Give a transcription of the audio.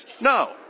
No